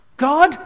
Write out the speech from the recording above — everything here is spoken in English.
God